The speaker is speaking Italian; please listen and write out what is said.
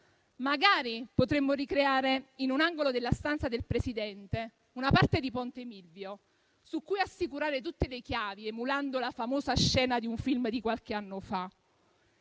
Magari potremmo ricreare, in un angolo della stanza del Presidente, una parte di Ponte Milvio su cui assicurare tutte le chiavi, emulando la famosa scena di un film di qualche anno fa.